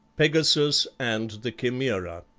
pegasus and the chimaera